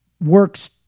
works